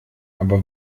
aber